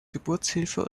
geburtshilfe